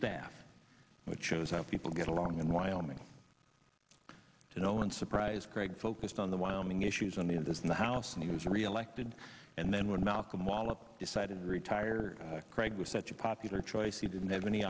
staff which shows how people get along in wyoming to no one's surprise greg focused on the wyoming issues on the of this in the house and he was reelected and then when malcolm wallop decided to retire craig was such a popular choice he didn't have any